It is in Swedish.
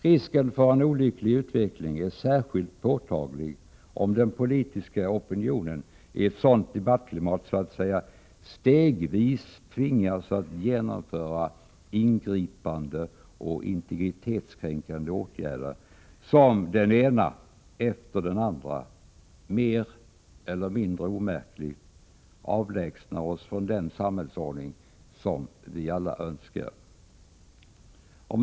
Risken för en olycklig utveckling är särskilt påtaglig om den politiska opinionen i ett sådant debattklimat så att säga stegvis tvingas att genomföra ingripande och integritetskränkande åtgärder som den ena efter den andra mer eller mindre omärkligt avlägsnar oss från den samhällsordning vi alla önskar ha.